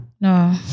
No